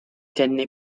tenne